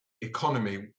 economy